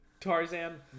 Tarzan